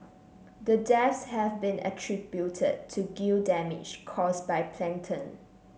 the deaths have been attributed to gill damage cause by plankton